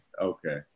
Okay